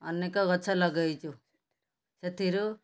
ଅନେକ ଗଛ ଲଗେଇଛୁ ସେଥିରୁ